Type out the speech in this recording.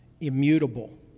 immutable